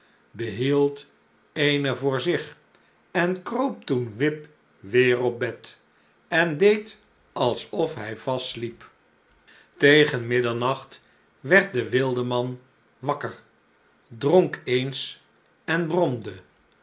behield eene voor zich en kroop toen wip weêr op bed en deed alsof hij vast sliep j j a goeverneur oude sprookjes tegen middernacht werd de wildeman wakker dronk eens en bromde